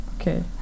Okay